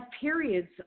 periods